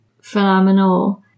Phenomenal